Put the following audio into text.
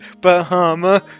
Bahama